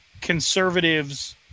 conservatives